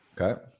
Okay